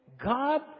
God